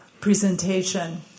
presentation